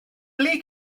ble